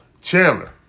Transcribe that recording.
Chandler